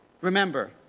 Remember